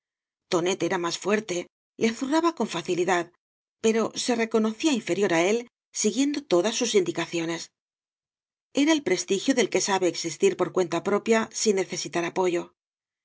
tonet era más fuerte le zurraba con facilidad pero se reconocía inferior á él siguiendo todas sus indicaciones era el prestigio del que sabe existir por cuenta propia sin necesitar apoyo la